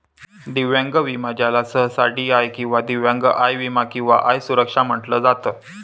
दिव्यांग विमा ज्याला सहसा डी.आय किंवा दिव्यांग आय विमा किंवा आय सुरक्षा म्हटलं जात